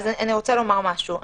אני רוצה לומר משהו.